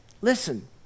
Listen